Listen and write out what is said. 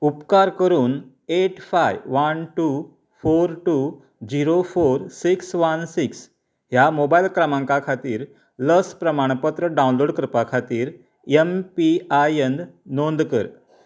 उपकार करून eight five one two four two zero four six one six ह्या mobile क्रमांका खातीर लस प्रमाणपत्र डावनलोड करपा खातीर एम पी आय एन नोंद कर